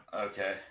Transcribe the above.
Okay